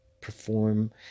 perform